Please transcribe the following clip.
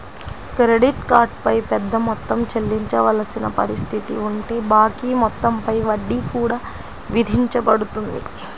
credit card పై పెద్ద మొత్తం చెల్లించవలసిన పరిస్థితి ఉంటే బాకీ మొత్తం పై వడ్డీ కూడా విధించబడుతుంది